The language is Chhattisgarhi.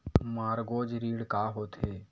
मॉर्गेज ऋण का होथे?